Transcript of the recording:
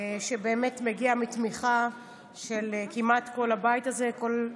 שמגיע באמת בתמיכה של כל הבית הזה כמעט,